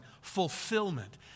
fulfillment